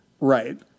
Right